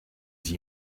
sie